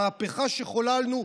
המהפכה שחוללנו,